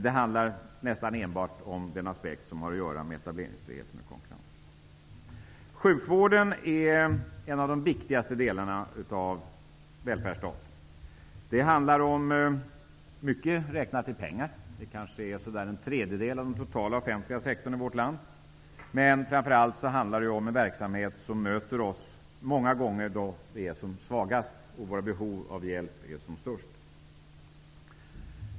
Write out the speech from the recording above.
Det handlar nästan enbart om den aspekt som har att göra med etableringsfriheten och konkurrensen. Sjukvården är en av de viktigaste delarna av välfärdsstaten. I pengar räknat utgör den kanske en tredjedel av den totala offentliga sektorn i vårt land. Vi möter den verksamheten då vi många gånger är som svagast och då våra behov av hjälp är som störst.